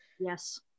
Yes